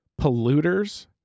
polluters